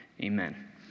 Amen